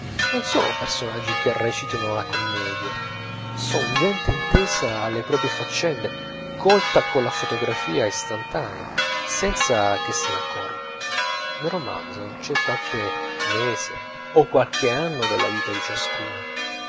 non son personaggi che recitino la commedia son gente intesa alle proprie faccende colta colla fotografia istantanea senza che se n'accorga nel romanzo c'è qualche mese o qualche anno della vita di ciascuno